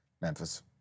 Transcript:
Memphis